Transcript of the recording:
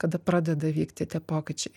kada pradeda vykti tie pokyčiai